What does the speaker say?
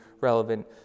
relevant